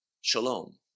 Shalom